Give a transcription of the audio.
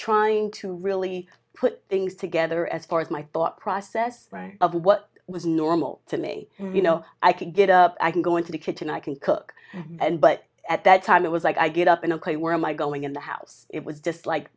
trying to really put things together as far as my thought process of what was normal to me you know i could get up i can go into the kitchen i can cook and but at that time it was like i get up and ok where am i going in the house it was just like